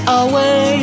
away